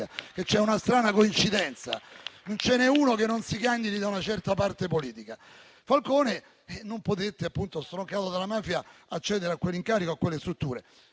C'è una strana coincidenza: non ce ne è uno che non si candidi da una certa parte politica. Falcone non poté, appunto perché stroncato dalla mafia, accedere a quell'incarico e a quelle strutture.